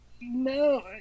No